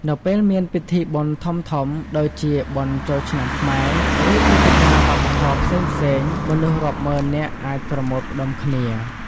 នៅពេលមានពិធីបុណ្យធំៗ ដូចជាបុណ្យចូលឆ្នាំខ្មែរ ឬព្រឹត្តិការណ៍វប្បធម៌ផ្សេងៗ មនុស្សរាប់ម៉ឺននាក់អាចប្រមូលផ្តុំគ្នា។